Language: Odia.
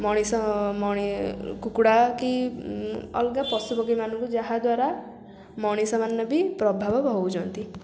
ମଣିଷ କୁକୁଡ଼ା କି ଅଲଗା ପଶୁ ପକ୍ଷୀମାନଙ୍କୁ ଯାହା ଦ୍ୱାରା ମଣିଷମାନେ ବି ପ୍ରଭାବିତ ହେଉଛନ୍ତି